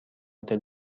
هتل